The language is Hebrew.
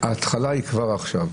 ההתחלה היא כבר עכשיו,